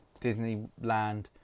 Disneyland